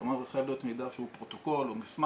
זאת אומרת זה חייב להיות מידע שהוא פרוטוקול או מסמך